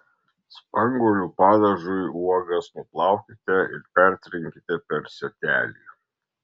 spanguolių padažui uogas nuplaukite ir pertrinkite per sietelį